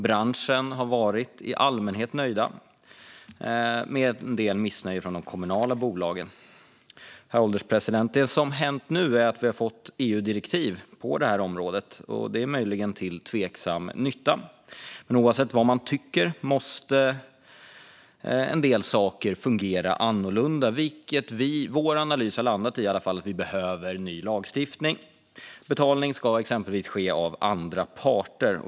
Branschen har i allmänhet varit nöjd, även om vi haft en del missnöje från de kommunala bolagen. Herr ålderspresident! Det som hänt nu är att vi har fått EU-direktiv på området, möjligen till tveksam nytta. Oavsett vad man tycker måste en del saker fungera annorlunda. Vår analys har landat i att vi behöver ny lagstiftning. Betalning ska exempelvis ske till andra parter.